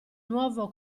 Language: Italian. nuovo